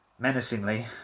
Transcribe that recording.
menacingly